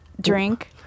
drink